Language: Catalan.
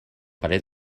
parer